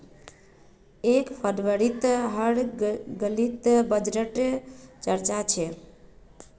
एक फरवरीत हर गलीत बजटे र चर्चा छ